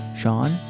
Sean